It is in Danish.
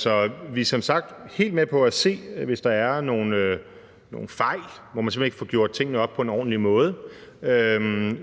Så vi er som sagt helt med på at se på, om der er nogle fejl, hvor man simpelt hen ikke får gjort tingene op på en ordentlig måde.